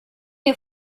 ihr